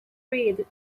read